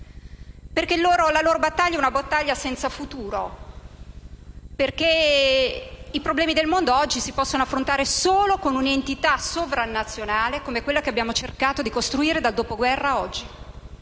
perché la loro battaglia è senza futuro. I problemi del mondo, oggi, si possono affrontare solo con un'entità sovranazionale come quella che abbiamo cercato di costruire dal dopoguerra ad oggi.